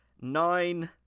nine